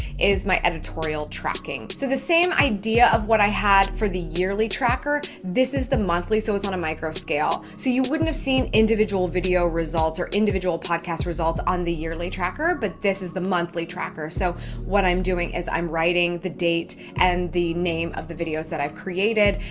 is my editorial tracking. so the same idea of what i had for the yearly tracker, this is the monthly, so it's on a micro scale. so you wouldn't have seen individual video results or individual podcast results on the yearly tracker, but this is the monthly tracker, so what i'm doing is i'm writing the date and the name of the videos that i've created.